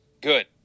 good